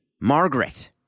Margaret